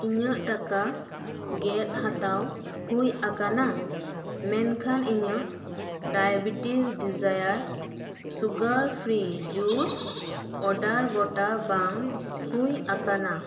ᱤᱧᱟᱹᱜ ᱴᱟᱠᱟ ᱜᱮᱫ ᱦᱟᱛᱟᱣ ᱦᱩᱭ ᱟᱠᱟᱱᱟ ᱢᱮᱱᱠᱷᱟᱱ ᱤᱧᱟᱹᱜ diabetics desire sugar free juice order ᱜᱚᱴᱟ ᱵᱟᱝ ᱦᱩᱭ ᱟᱠᱟᱱᱟ